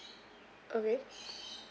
okay